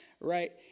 right